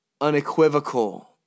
unequivocal